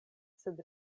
sed